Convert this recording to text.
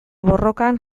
borrokan